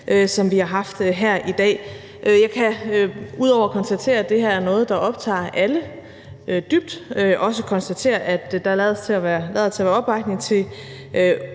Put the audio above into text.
som vi har haft her i dag. Ud over at konstatere, at det her er noget, som optager alle dybt, kan jeg også konstatere, at der lader til at være opbakning til